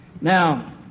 Now